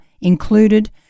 included